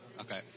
okay